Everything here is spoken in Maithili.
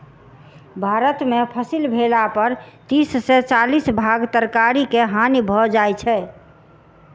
भारत में फसिल भेला पर तीस से चालीस भाग तरकारी के हानि भ जाइ छै